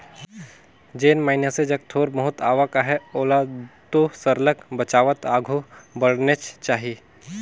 जेन मइनसे जग थोर बहुत आवक अहे ओला तो सरलग बचावत आघु बढ़नेच चाही